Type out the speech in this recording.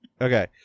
Okay